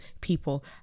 people